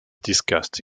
discussed